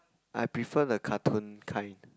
I prefer the cartoon kind